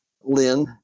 Lynn